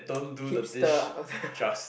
hipster oh the